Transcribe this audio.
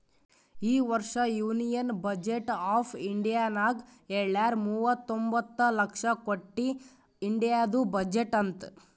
ಈ ವರ್ಷ union budget of ಇಂಡಿಯಾನಾಗ್ ಹೆಳ್ಯಾರ್ ಮೂವತೊಂಬತ್ತ ಲಕ್ಷ ಕೊಟ್ಟಿ ಇಂಡಿಯಾದು ಬಜೆಟ್ ಅಂತ್